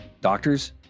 Doctors